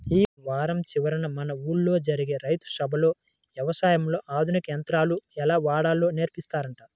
యీ వారం చివరన మన ఊల్లో జరిగే రైతు సభలో యవసాయంలో ఆధునిక యంత్రాలు ఎలా వాడాలో నేర్పిత్తారంట